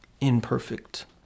imperfect